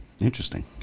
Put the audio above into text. Interesting